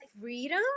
freedom